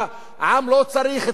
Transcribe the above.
והעם לא צריך,